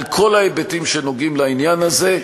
על כל ההיבטים שנוגעים בעניין הזה,